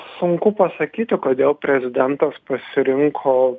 sunku pasakyti kodėl prezidentas pasirinko